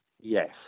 Yes